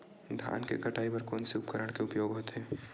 धान के कटाई बर कोन से उपकरण के उपयोग होथे?